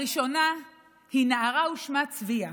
הראשונה היא נערה ושמה צביה,